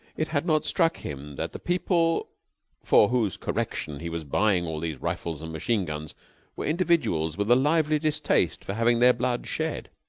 it had not struck him that the people for whose correction he was buying all these rifles and machine-guns were individuals with a lively distaste for having their blood shed.